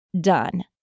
done